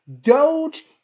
Doge